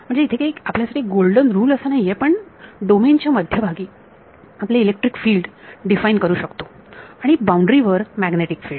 म्हणजे इथे काही आपल्यासाठी गोल्डन रुल नाहीये आपण डोमेन च्या मध्यभागी आपले इलेक्ट्रिकल फिल्ड डिफाइन करू शकतो आणि बाउंड्री वर मॅग्नेटिक फिल्ड